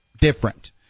different